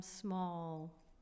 small